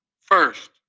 First